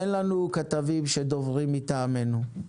אין לנו כתבים שדוברים מטעמנו.